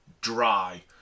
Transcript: dry